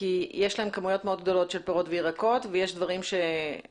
כי יש להם כמויות מאוד גדולות של פירות וירקות ויש דברים שלא